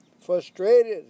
frustrated